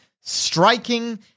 striking